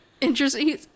interesting